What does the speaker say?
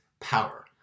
power